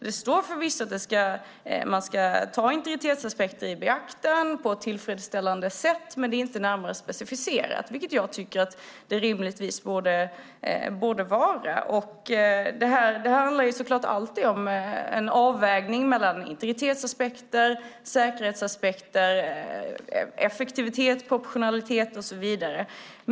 Det står förvisso att man ska ta integritetsaspekter i beaktande på ett tillfredsställande sätt, men det är inte närmare specificerat, vilket jag tycker att det rimligtvis borde vara. Det handlar så klart alltid om en avvägning mellan integritetsaspekter, säkerhetsaspekter, effektivitet, proportionalitet och så vidare.